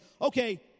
okay